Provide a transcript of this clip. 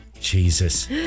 Jesus